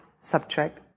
subtract